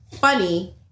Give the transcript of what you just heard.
funny